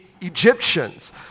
Egyptians